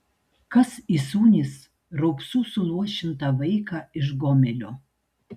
kas įsūnys raupsų suluošintą vaiką iš gomelio